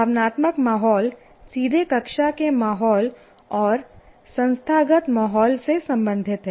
भावनात्मक माहौल सीधे कक्षा के माहौल और संस्थागत माहौल से संबंधित है